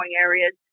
areas